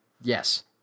Yes